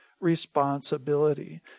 responsibility